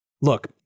Look